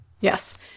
Yes